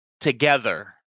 together